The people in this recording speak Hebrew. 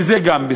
וגם זה בספק,